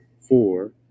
Four